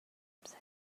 لمست